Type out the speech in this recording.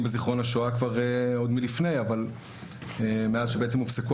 בזיכרון השואה עוד לפני כן אבל מאז שהופסקו